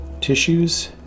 tissues